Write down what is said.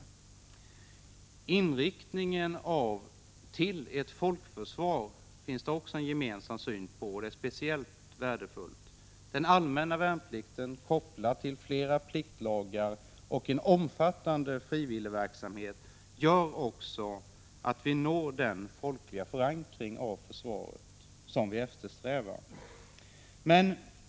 Också när det gäller inriktningen på ett folkförsvar finns det en gemensam syn, och det är speciellt värdefullt. Den allmänna värnplikten kopplad till flera pliktlagar och en omfattande frivilligverksamhet gör också att vi når den folkliga förankring av försvaret som vi eftersträvar.